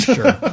Sure